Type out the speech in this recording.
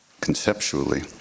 conceptually